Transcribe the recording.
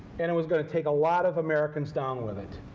and it was going to take a lot of americans down with it.